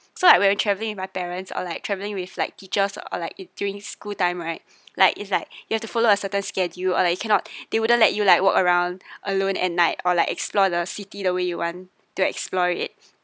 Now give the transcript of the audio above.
so like when we're travelling with my parents or like traveling with like teachers or like it during school time right like it's like you have to follow a certain schedule or like you cannot they wouldn't let you like walk around alone at night or like explore the city the way you want to explore it